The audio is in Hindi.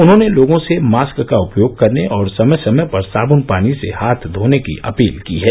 उन्होंने लोगों से मास्क का उपयोग करने और समय समय पर साबन पानी से हाथ धोने की अपील की है